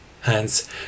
Hence